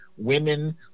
women